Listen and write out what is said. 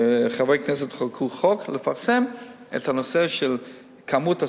שחברי כנסת יחוקקו חוק לפרסום כמות הסוכרים,